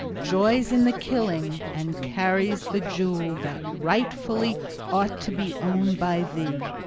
joys in the killing, and carries the jewel that rightfully ought to be owned by thee!